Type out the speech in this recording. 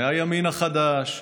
מהימין החדש,